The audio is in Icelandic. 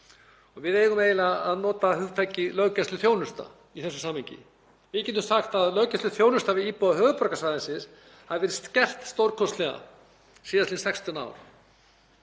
við eigum eiginlega að nota hugtakið löggæsluþjónusta í þessu samhengi. Við getum sagt að löggæsluþjónusta við íbúa höfuðborgarsvæðisins hafi verið skert stórkostlega síðastliðin 16 ár,